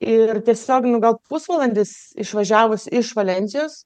ir tiesiog nu gal pusvalandis išvažiavus iš valensijos